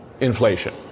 inflation